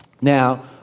Now